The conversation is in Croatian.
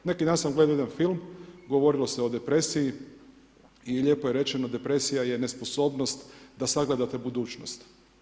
Neki dan sam gledao jedan film, govorilo se o depresiji i lijepo je rečeno depresija je nesposobnost da sagledate budućnost.